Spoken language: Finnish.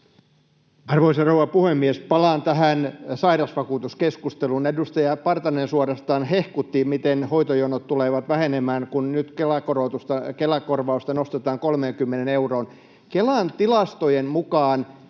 Arvoisa rouva puhemies! Palaan tähän sairausvakuutuskeskusteluun. Edustaja Partanen suorastaan hehkutti, miten hoitojonot tulevat vähenemään, kun nyt Kela-korvausta nostetaan 30 euroon. Kelan tilastojen mukaan